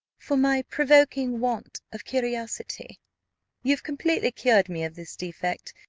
for my provoking want of curiosity you have completely cured me of this defect,